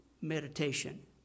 meditation